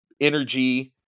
energy